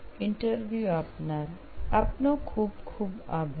interview આપનાર આપનો ખૂબ ખૂબ આભાર